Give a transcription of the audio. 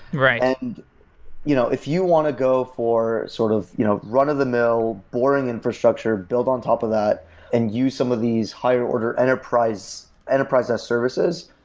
and you know if you want to go for sort of you know run of the mill boring infrastructure, build on top of that and use some of these higher order enterprise enterprise as services,